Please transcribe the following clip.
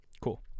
Cool